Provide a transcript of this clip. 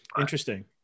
Interesting